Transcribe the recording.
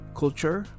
culture